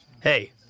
Hey